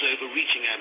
overreaching